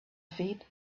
feet